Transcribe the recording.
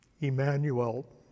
Emmanuel